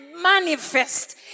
manifest